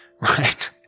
right